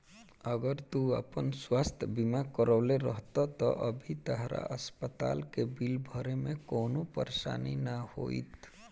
अगर तू आपन स्वास्थ बीमा करवले रहत त अभी तहरा अस्पताल के बिल भरे में कवनो परेशानी ना होईत